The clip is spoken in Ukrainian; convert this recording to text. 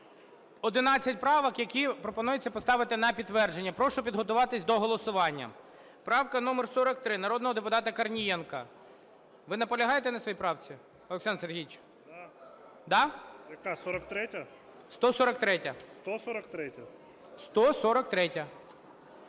правок, які пропонується поставити на підтвердження. Прошу підготуватись до голосування. Правка номер 43 народного депутата Корнієнка. Ви наполягаєте на своїй правці, Олександр Сергійович? 12:23:31 КОРНІЄНКО О.С. Яка,